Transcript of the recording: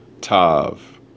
Tav